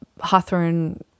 Hawthorne